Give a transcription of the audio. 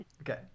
okay